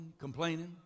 complaining